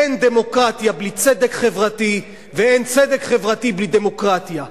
אין דמוקרטיה בלי צדק חברתי ואין צדק חברתי בלי דמוקרטיה.